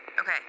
Okay